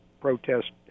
protest